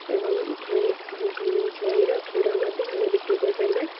ଏବଂ ଛେଳିର କ୍ଷୀର ମଧ୍ୟ ଆମେ ବିକ୍ରି କରିପାରିବା